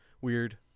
weird